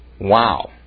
Wow